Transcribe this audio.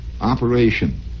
operation